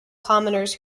commoners